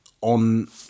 on